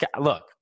look